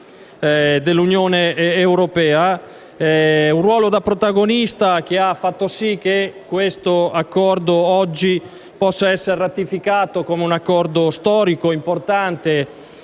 dell'Unione europea, un ruolo da protagonista, che ha fatto sì che esso oggi possa essere ratificato. È un accordo storico, importante